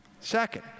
Second